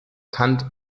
kant